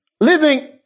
Living